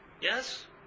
Yes